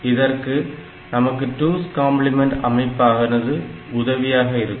இதற்கு நமக்கு 2's complement அமைப்பானது உதவியாக இருக்கும்